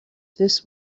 this